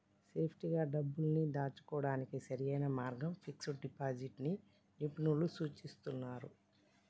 సేఫ్టీగా డబ్బుల్ని దాచుకోడానికి సరైన మార్గంగా ఫిక్స్డ్ డిపాజిట్ ని నిపుణులు సూచిస్తున్నరు